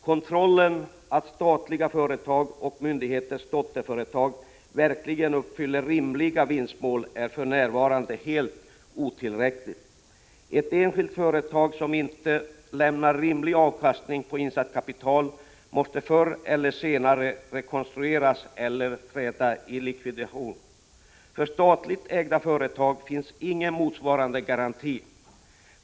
Kontrollen av att statliga företag och myndigheters dotterföretag verkligen uppfyller rimliga vinstmål är för närvarande helt otillräcklig. Ett enskilt företag som inte lämnar rimlig avkastning på insatt kapital måste förr eller senare rekonstrueras eller träda i likvidation. För statligt ägda företag finns ingen motsvarande garanti.